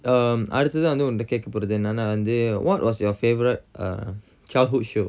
um அடுத்ததா வந்து உன்ட கேக்கப்போறது என்னன்னா வந்து:aduthatha vanthu unta kekkapporathu ennanna vanthu what was your favourite uh childhood show